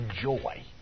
joy